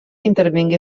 intervingué